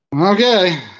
Okay